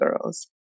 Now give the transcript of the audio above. Girls